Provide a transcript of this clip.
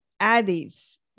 Addis